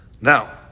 Now